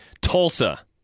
Tulsa